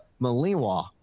Malinois